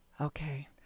Okay